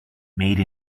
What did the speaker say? made